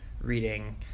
reading